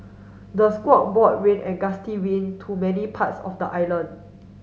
the squall brought rain and gusty wind to many parts of the island